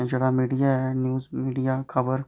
जेह्ड़ा मीडिया ऐ news media खबर